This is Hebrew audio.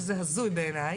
שזה הזוי בעיני,